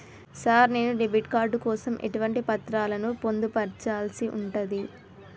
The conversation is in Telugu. సార్ నేను డెబిట్ కార్డు కోసం ఎటువంటి పత్రాలను పొందుపర్చాల్సి ఉంటది?